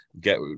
get